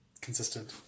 consistent